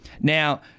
Now